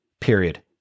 period